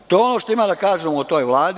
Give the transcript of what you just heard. To je ono što imam da kažem o toj Vladi.